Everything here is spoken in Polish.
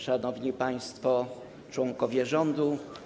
Szanowni Państwo Członkowie Rządu!